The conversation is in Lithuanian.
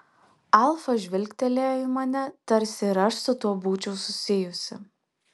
alfa žvilgtelėjo į mane tarsi ir aš su tuo būčiau susijusi